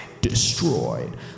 destroyed